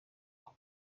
aho